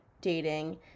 dating